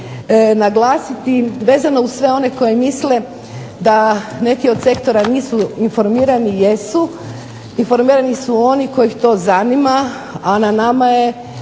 naglasiti vezano uz sve one koji misle da neki od sektora nisu informirani. Jesu. Informirani su oni koje ih to zanima, a na nama je